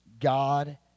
God